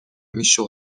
میشد